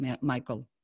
Michael